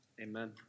Amen